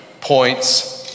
points